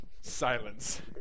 Silence